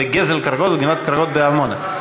בגזל קרקעות ובגנבת קרקעות בעמונה.